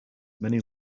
many